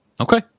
Okay